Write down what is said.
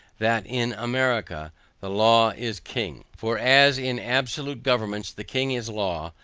that in america the law is king. for as in absolute governments the king is law,